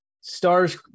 Stars